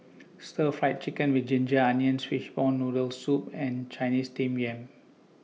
Stir Fried Chicken with Ginger Onions Fishball Noodle Soup and Chinese Steamed Yam